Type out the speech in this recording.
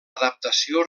adaptació